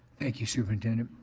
thank you superintendent.